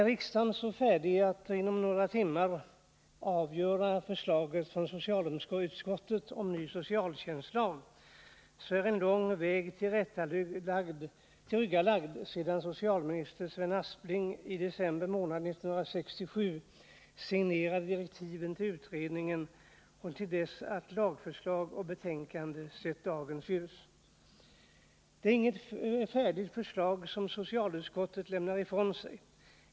När riksdagen är redo att inom några få timmar anta förslaget från socialutskottet om en ny socialtjänstlag, så är en lång väg tillryggalagd från det att socialministern Sven Aspling i december månad 1967 signerade direktiven till utredningen till dess att ett lagförslag sett dagens ljus. Det är heller inget färdigt förslag som socialutskottet lämnar ifrån sig.